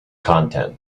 content